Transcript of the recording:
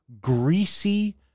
greasy